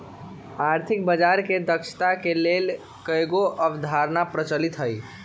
आर्थिक बजार के दक्षता के लेल कयगो अवधारणा प्रचलित हइ